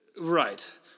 Right